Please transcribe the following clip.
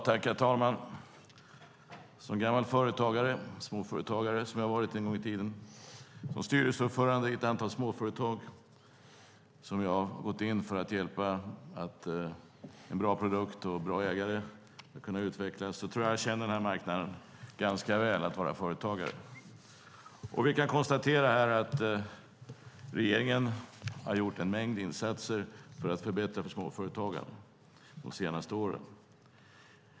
Fru talman! Som gammal företagare - jag har varit småföretagare en gång i tiden - och som styrelseordförande i ett antal småföretag tror jag att jag känner till den här marknaden och hur det är att vara företagare ganska väl. Jag har gått in för att hjälpa dem att få en bra produkt och bra ägare och att kunna utvecklas. Vi kan konstatera att regeringen har gjort en mängd insatser för att förbättra för småföretagarna de senaste åren.